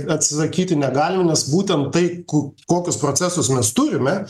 atsisakyti negalim nes būtent tai ku kokius procesus mes turime